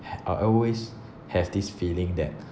ha~ I always have this feeling that